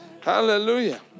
hallelujah